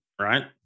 right